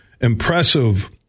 impressive